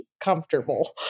comfortable